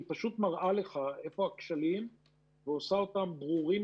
היא פשוט מראה לך איפה הכשלים ועושה אותם ברורים